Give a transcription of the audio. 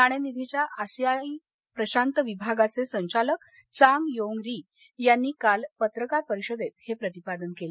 नाणेनिधीच्या आशिया प्रशांत विभागाचे संचालक चांग योंग री यांनी काल पत्रकार परिषदेत हे प्रतिपादन केलं